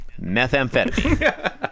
Methamphetamine